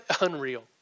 Unreal